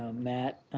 matt.